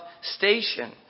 station